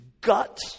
gut